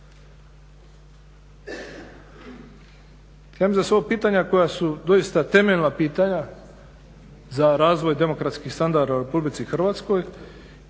Hrvatske